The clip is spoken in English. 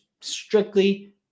strictly